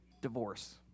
divorce